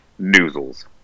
noozles